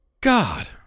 God